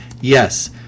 Yes